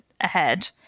ahead